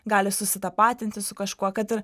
gali susitapatinti su kažkuo kad ir